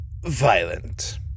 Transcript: violent